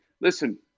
Listen